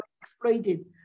exploited